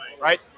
right